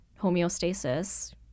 homeostasis